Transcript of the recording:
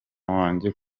wanjye